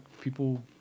people